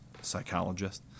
psychologist